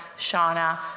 Shauna